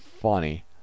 funny